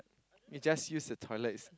if just use the toilet is